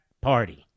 Party